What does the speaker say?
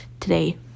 Today